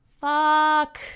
fuck